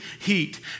heat